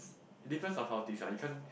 depends on how things are you can't